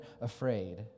afraid